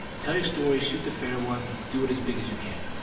tell your story. shoot the fair one. do it as big as you can